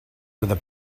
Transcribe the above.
where